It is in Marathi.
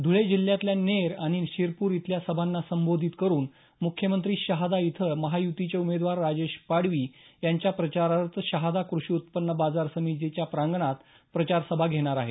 धुळे जिल्ह्यातल्या नेर आणि शिरपूर इथल्या सभांना संबोधित करून मुख्यमंत्री शहादा इथं महायुतीचे उमेदवार राजेश पाडवी यांच्या प्रचारार्थ शहादा कृषी उत्पन्न बाजार समितीच्या प्रांगणात प्रचार सभा घेणार आहेत